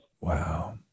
Wow